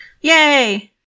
yay